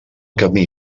camí